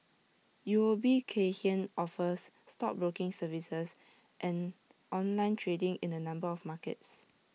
U O B Kay Hian offers stockbroking services and online trading in A number of markets